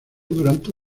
durante